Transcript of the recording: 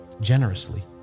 generously